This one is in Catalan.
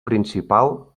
principal